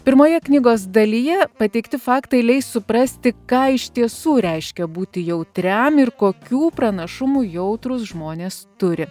pirmoje knygos dalyje pateikti faktai leis suprasti ką iš tiesų reiškia būti jautriam ir kokių pranašumų jautrūs žmonės turi